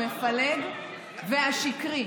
המפלג והשקרי.